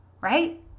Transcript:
Right